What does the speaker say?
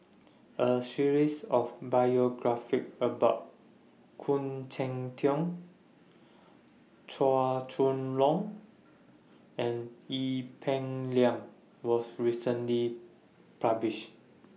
A series of biographies about Khoo Cheng Tiong Chua Chong Long and Ee Peng Liang was recently published